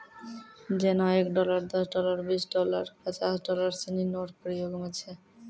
जेना एक डॉलर दस डॉलर बीस डॉलर पचास डॉलर सिनी नोट प्रयोग म छै